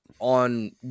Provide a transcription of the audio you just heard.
on